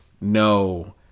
no